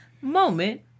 moment